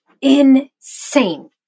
insane